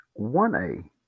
1A